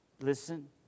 Listen